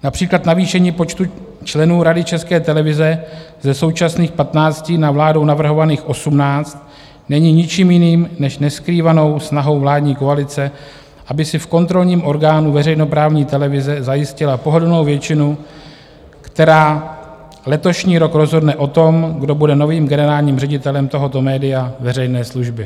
Například navýšení počtu členů Rady České televize ze současných 15 na vládou navrhovaných 18 není ničím jiným než neskrývanou snahou vládní koalice, aby si v kontrolním orgánu veřejnoprávní televize zajistila pohodlnou většinu, která letošní rok rozhodne o tom, kdo bude novým generálním ředitelem tohoto média veřejné služby.